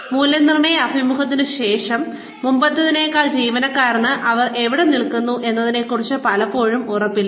മൂല്യനിർണ്ണയ അഭിമുഖത്തിന് ശേഷം മുമ്പത്തേതിനേക്കാൾ ജീവനക്കാർക്ക് അവർ എവിടെ നിൽക്കുന്നു എന്നതിനെക്കുറിച്ച് പലപ്പോഴും ഉറപ്പില്ല